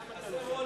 למה אתה לוקח,